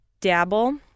dabble